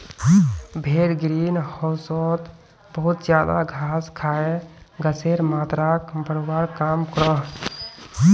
भेड़ ग्रीन होउसोत बहुत ज्यादा घास खाए गसेर मात्राक बढ़वार काम क्रोह